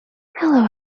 hello